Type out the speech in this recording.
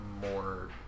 more